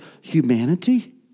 humanity